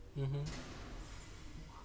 mmhmm